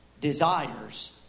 desires